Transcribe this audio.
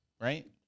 right